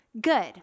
good